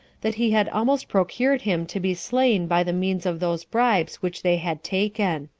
that he had almost procured him to be slain by the means of those bribes which they had taken.